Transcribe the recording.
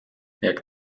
jak